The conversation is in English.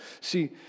See